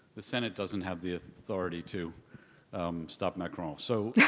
the senate doesn't have the authority to stop macron. so